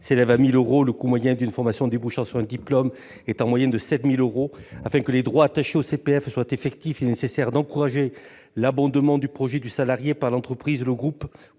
s'élève à 1 000 euros, celui d'une formation débouchant sur un diplôme, à 7 000 euros. Afin que les droits attachés au CPF soient effectifs, il est donc nécessaire d'encourager l'abondement du projet du salarié par l'entreprise, le groupe